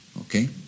Okay